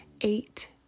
eight